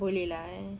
boleh lah eh